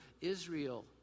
Israel